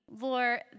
Lord